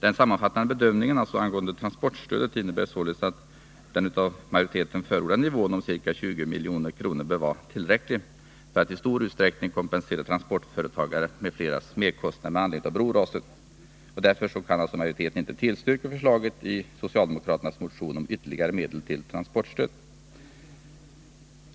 Beträffande transportstödet kan jag således sammanfattningsvis säga att den av utskottsmajoriteten förordade ersättningsnivån, ca 20 milj.kr., bör vara tillräcklig för att i stor utsträckning kompensera transportföretagares m.fl. merkostnader med anledning av broraset. Därför kan utskottsmajoriteten inte tillstyrka förslaget i socialdemokraternas motion om ytterligare medel till transportstöd.